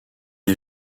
est